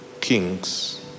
kings